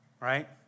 right